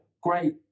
great